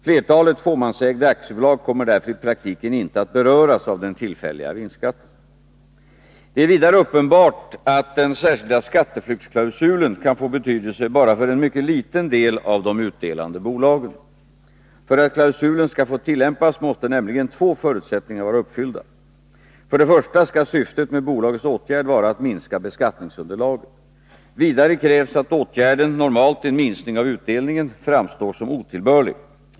Flertalet fåmansägda aktiebolag kommer därför i praktiken inte att beröras av den tillfälliga vinstskatten. Det är vidare uppenbart att den särskilda skatteflyktsklausulen kan få betydelse bara för en mycket liten del av de utdelande bolagen. För att klausulen skall få tillämpas måste nämligen två förutsättningar vara 71 uppfyllda. För det första skall syftet med bolagets åtgärd vara att minska beskattningsunderlaget. Vidare krävs att åtgärden — normalt en minskning av utdelningen — framstår som otillbörlig.